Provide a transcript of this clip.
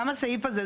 גם הסעיף הזה,